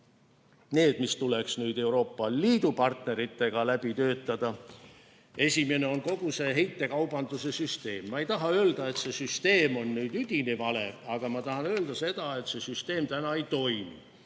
need, mis tuleks ka Euroopa Liidu partneritega läbi töötada. Esimene on kogu heitmekaubanduse süsteemi analüüs. Ma ei taha öelda, et see süsteem on vale, aga ma tahan öelda seda, et see süsteem täna ei toimi.